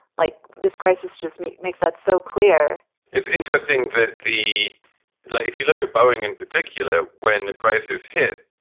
like this crisis, just meat makes that so clear it's interesting that the like if you look at boeing in particular, when the crisis hit,